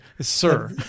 Sir